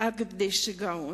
עד כדי שיגעון.